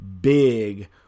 big